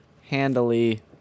handily